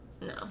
No